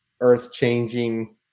earth-changing